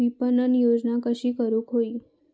विपणन योजना कशी करुक होई?